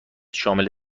شامل